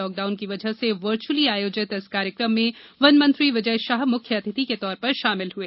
lockdown की वजह से वर्चुअली आयोजित इस कार्यक्रम में वन मंत्री विजय शाह मुख्य अतिथि के तौर पर शामिल हुए